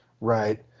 Right